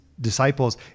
disciples